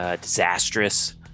Disastrous